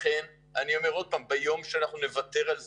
ביום שאנחנו נוותר על זה,